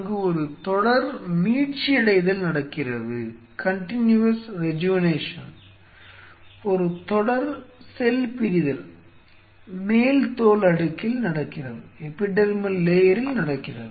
அங்கு ஒரு தொடர் மீட்சியடைதல் நடக்கிறது ஒரு தொடர் செல் பிரிதல் மேல்தோல் அடுக்கில் நடக்கிறது